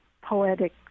poetic